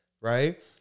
Right